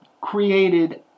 created